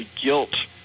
guilt